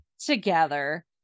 together